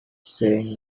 saying